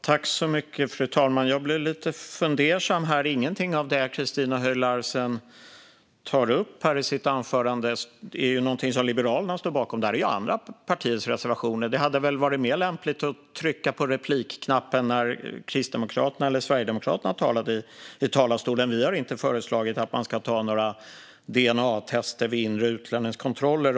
Fru talman! Jag blir lite fundersam. Liberalerna står inte bakom någonting av det som Christina Höj Larsen tar upp. Det finns i andra partiers reservationer. Det hade väl varit mer lämpligt att trycka på replikknappen när Kristdemokraterna eller Sverigedemokraterna talade i talarstolen. Vi har inte föreslagit att man ska ta några dna-tester vid inre utlänningskontroller.